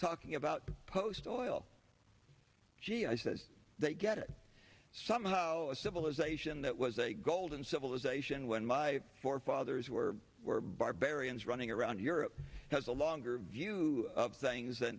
talking about postal g i says they get it somehow a civilization that was a golden civilization when my forefathers were were barbarians running around europe has a longer view of things and